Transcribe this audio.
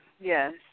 Yes